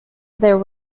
there